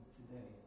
today